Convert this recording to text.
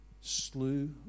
slew